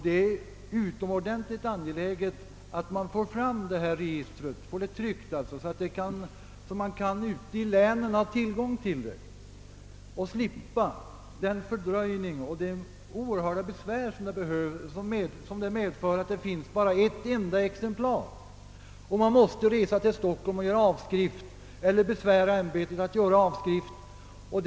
Det är utomordentligt angeläget att dei här registret trycks så att man får tillgång till det ute i länen och slipper den fördröjning och de stora besvär som blir följden av att det bara finns ett enda exemplar, så att man måste resa till Stockholm för att göra en avskrift eller besvära ämbetsverket med att göra en dylik.